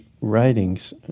writings